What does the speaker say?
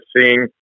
seeing